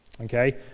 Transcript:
Okay